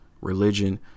religion